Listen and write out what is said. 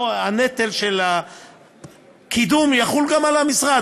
הנטל של הקידום יחול גם על המשרד.